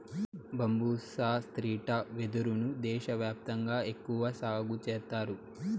బంబూసా స్త్రిటా వెదురు ను దేశ వ్యాప్తంగా ఎక్కువగా సాగు చేత్తారు